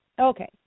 Okay